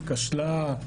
כשלה,